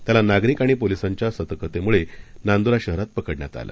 त्यालानागरिकआणिपोलिसांच्यासतर्कतेमुळेनांद्राशहरातपकडण्यातआलं